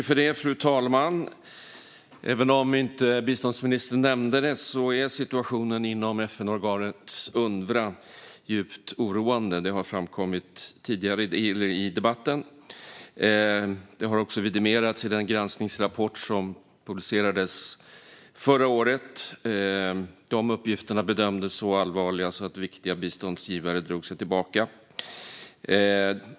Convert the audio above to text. Fru talman! Även om biståndsministern inte nämnde det är situationen inom FN-organet Unrwa djupt oroande, och det har också framkommit tidigare i debatten. Det har även vidimerats i den granskningsrapport som publicerades förra året. Uppgifterna där bedömdes så allvarliga att viktiga biståndsgivare drog sig tillbaka.